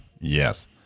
yes